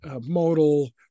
modal